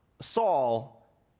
Saul